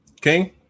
King